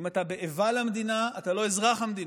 אם אתה באיבה למדינה, אתה לא אזרח המדינה.